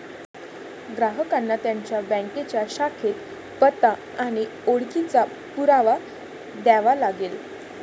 ग्राहकांना त्यांच्या बँकेच्या शाखेत पत्ता आणि ओळखीचा पुरावा द्यावा लागेल